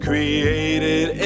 Created